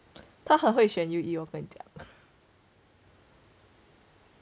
他很会选 U_E 我跟你讲